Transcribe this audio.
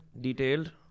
Detailed